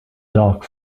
dark